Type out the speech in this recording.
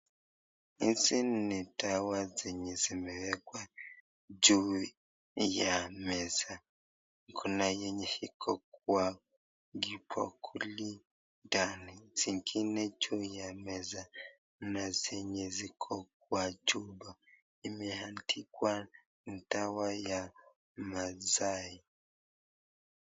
Hizi ni dawa zenye zimewekwa juu ya meza. Kuna yenye iko kwa kibakuli ndani, zingine juu ya meza na zenye ziko kwa chupa. Imeandikwa dawa ya mazai.